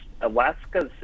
Alaska's